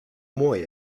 mooi